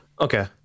Okay